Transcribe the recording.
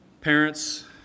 Parents